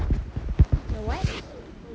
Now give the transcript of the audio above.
your what